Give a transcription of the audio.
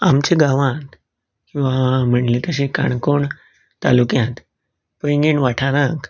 आमचे गांवांत म्हणले तशे काणकोण तालूक्यांत पैंगीण वाठारांत